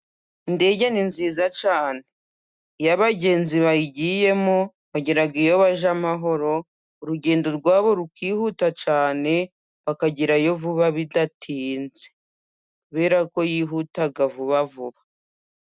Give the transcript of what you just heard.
Indege ni nziza cyane, iyo abagenzi bayigiyemo bagera iyo bajya amahoro, urugendo rwabo rukihuta cyane bakagerayo vuba bidatinze kubera ko yihuta vuba vuba.